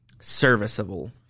serviceable